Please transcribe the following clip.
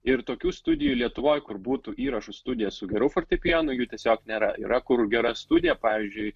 ir tokių studijų lietuvoj kur būtų įrašų studija su geru fortepijonu jų tiesiog nėra yra kur gera studija pavyzdžiui